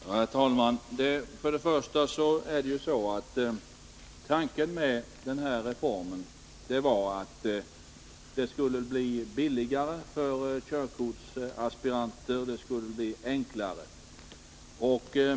Herr talman! Jag vill först och främst nämna att tanken med den körkortsmedicinska reformen var att det hela skulle bli billigare för körkortsaspiranterna och att det skulle bli enklare.